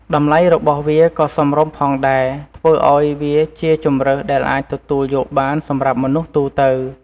តម្លៃរបស់វាក៏សមរម្យផងដែរ ធ្វើឱ្យវាជាជម្រើសដែលអាចទទួលយកបានសម្រាប់មនុស្សទូទៅ។